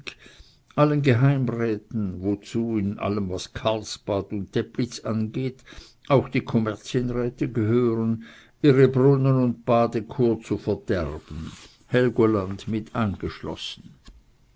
allen geheimräten wozu in allem was karlsbad und teplitz angeht auch die kommerzienräte gehören ihre brunnen und badekur zu verderben helgoland mit eingeschlossen